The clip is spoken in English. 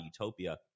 utopia